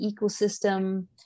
ecosystem